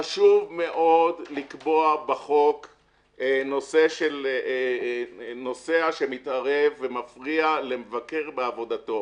חשוב מאוד לקבוע בחוק נושא של נוסע שמתערב ומפריע למבקר בעבודתו.